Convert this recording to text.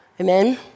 Amen